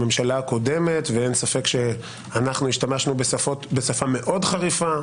בממשלה הקודמת - ואין ספק שהשתמשנו בשפה מאוד חריפה,